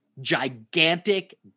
gigantic